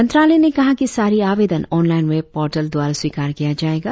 मंत्रालय ने कहा कि सारी आवेदन ऑनलाईन वेब पोर्टल द्वारा स्वीकार किया जाएगा